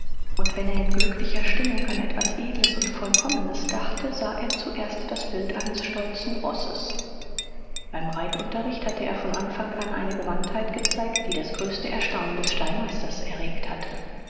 und wenn er in glücklicher stimmung an etwas edles und vollkommenes dachte sah er zuerst das bild eines stolzen rosses beim reitunterricht hatte er von anfang an eine gewandtheit gezeigt die das größte erstaunen des stallmeisters erregt hatte